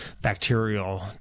bacterial